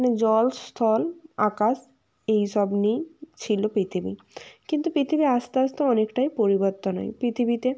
জল স্থল আকাশ এই সব নিয়েই ছিলো পৃথিবী কিন্তু পৃথিবীর আস্তে আস্তে অনেকটাই পরিবর্তন হয় পৃথিবীতে